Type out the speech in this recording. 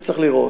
וצריך לראות.